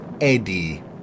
Eddie